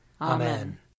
Amen